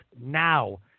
now